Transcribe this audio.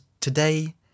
today